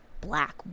Black